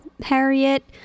Harriet